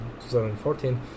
2014